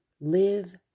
live